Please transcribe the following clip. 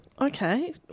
Okay